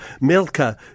Milka